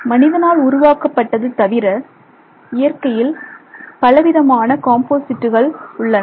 மனிதனால் உருவாக்கப்பட்டது தவிர இயற்கையில் பல விதமான காம்போசிட்டுகள் உள்ளன